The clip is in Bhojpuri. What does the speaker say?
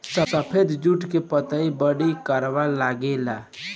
सफेद जुट के पतई बड़ी करवा लागेला